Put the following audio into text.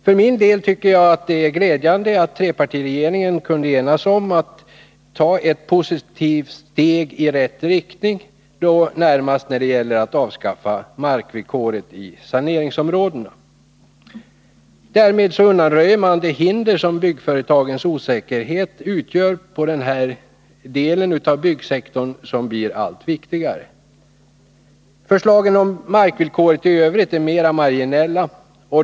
För min del tycker jag att det är glädjande att trepartiregeringen kunde enas om att ta ett steg i rätt riktning, då närmast när det gäller att avskaffa markvillkoret i saneringsområden. Därmed undanröjer man det hinder som byggföretagens osäkerhet utgör på den här delen av byggsektorn som blir allt viktigare. Förslagen om markvillkoret i övrigt är mer marginella.